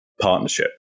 Partnership